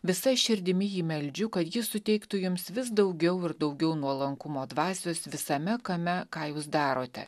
visa širdimi jį meldžiu kad jis suteiktų jums vis daugiau ir daugiau nuolankumo dvasios visame kame ką jūs darote